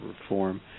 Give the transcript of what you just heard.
reform